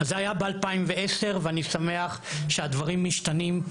זה היה ב-2010 ואני שמח שהדברים משתנים והולכים.